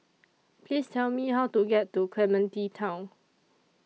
Please Tell Me How to get to Clementi Town